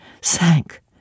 sank